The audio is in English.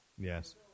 Yes